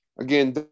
Again